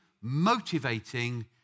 motivating